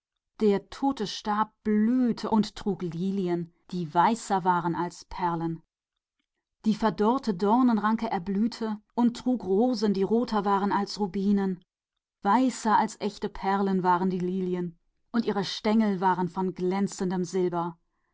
der tote stab blühte auf und trug lilien weißer als perlen der trockene dorn blühte und trug rosen die roter waren als rubinen weißer als schöne perlen waren die lilien und ihre stiele waren aus glänzendem silber